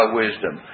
wisdom